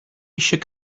eisiau